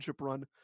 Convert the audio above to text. run